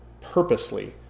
purposely